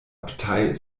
abtei